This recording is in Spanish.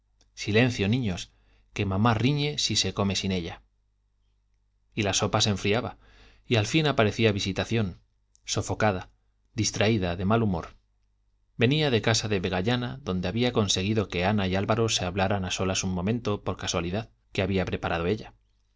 silencio niños que mamá riñe si se come sin ella y la sopa se enfriaba y al fin aparecía visitación sofocada distraída de mal humor venía de casa de vegallana donde había conseguido que ana y álvaro se hablaran a solas un momento por casualidad que había preparado ella